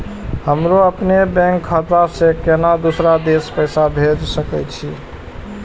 हमरो अपने बैंक खाता से केना दुसरा देश पैसा भेज सके छी?